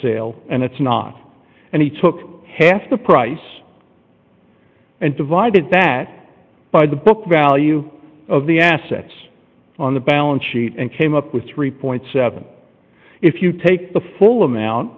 sale and it's not and he took half the price and divided that by the book value of the assets on the balance sheet and came up with three dollars if you take the full amount